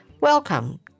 welcome